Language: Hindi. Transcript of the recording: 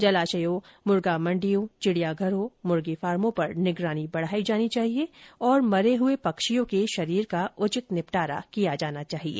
जलाशयों मुर्गा मंडियों चिड़ियाघरों मुर्गी फार्मो पर निगरानी बढ़ाई जानी चाहिए तथा मरे हुए पक्षियों के शरीर का उचित निपटारा किया जाना चाहिए